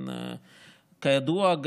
כידוע,